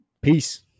peace